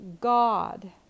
God